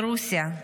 ברוסיה,